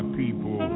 people